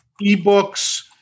eBooks